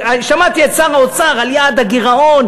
שמעתי את שר האוצר על יעד הגירעון.